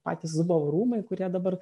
patys zubovų rūmai kurie dabar